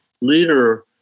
leader